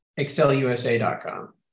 Excelusa.com